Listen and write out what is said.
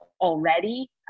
already